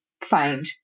find